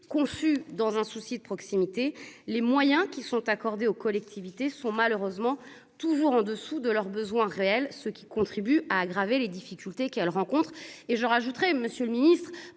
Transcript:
Conçu dans un souci de proximité les moyens qui sont accordés aux collectivités sont malheureusement toujours en dessous de leurs besoins réels, ce qui contribue à aggraver les difficultés qu'elles rencontrent. Et je rajouterai, Monsieur le Ministre,